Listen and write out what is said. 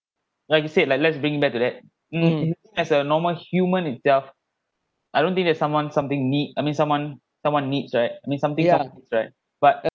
like you said like let's bring back to that you think as a normal human itself I don't think that's someone something need I mean someone someone needs right I mean something someone needs right but